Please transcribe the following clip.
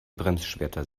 bremsschwerter